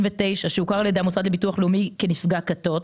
שהוכר על ידי המוסד לביטוח לאומי כנפגע כתות